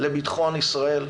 לביטחון ישראל.